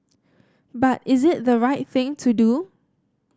but is it the right thing to do